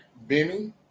Benny